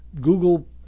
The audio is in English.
Google